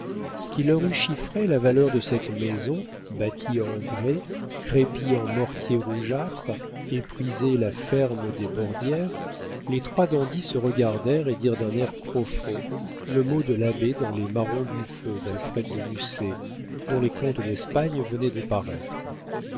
qu'il leur eut chiffré la valeur de cette maison bâtie en grès crépie en mortier rougeâtre et prisé la ferme des bordières les trois dandies se regardèrent et dirent d'un air profond le mot de l'abbé dans les marrons du feu d'alfred de musset dont les contes d'espagne venaient de paraître